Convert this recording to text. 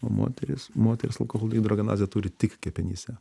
moterys moterys alkoholdihidrogenazę turi tik kepenyse